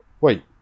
Wait